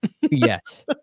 Yes